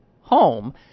home